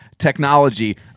technology